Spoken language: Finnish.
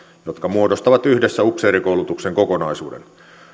jotka muodostavat yhdessä upseerikoulutuksen kokonaisuuden